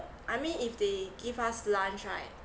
I mean if they give us lunch right